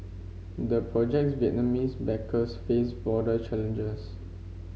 the project's Vietnamese backers face broader challenges